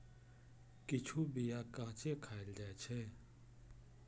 किछु बीया कांचे खाएल जाइ छै